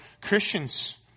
Christians